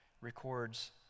records